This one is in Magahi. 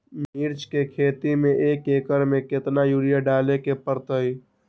मिर्च के खेती में एक एकर में कितना यूरिया डाले के परतई?